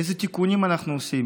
איזה תיקונים אנחנו עושים?